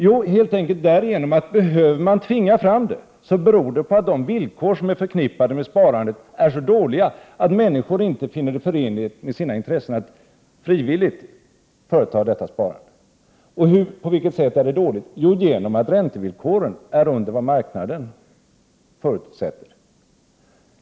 Jo, helt enkelt därigenom att behöver man tvinga fram sparande beror det på att de villkor som är förknippade med sparandet är så dåliga att människor inte finner det förenligt med sina intressen att frivilligt företa detta sparande. Räntevillkoren är under vad marknaden förutsätter.